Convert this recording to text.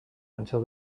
until